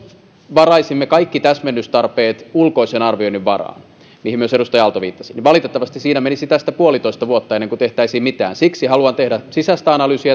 varaisimme kaikki täsmennystarpeet ulkoisen arvioinnin varaan mihin myös edustaja aalto viittasi niin valitettavasti siinä menisi puolitoista vuotta ennen kuin tehtäisiin mitään siksi haluan tehdä sisäistä analyysiä